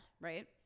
Right